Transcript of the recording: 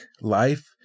life